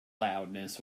loudness